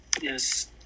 yes